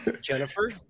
Jennifer